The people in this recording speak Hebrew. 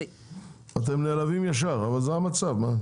אתם נעלבים ישר, אבל זה המצב.